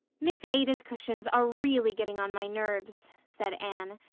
miss ada's cushions are really getting on my nerves, said anne.